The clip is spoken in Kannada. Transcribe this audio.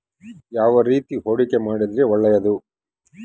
ಯಾವ ರೇತಿ ಹೂಡಿಕೆ ಮಾಡಿದ್ರೆ ಒಳ್ಳೆಯದು?